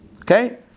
Okay